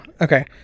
Okay